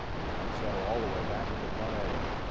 that will settle all the way back at the front, edge.